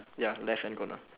ya left hand corner